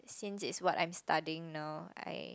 since it's what I am studying now I